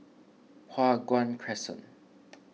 Hua Guan Crescent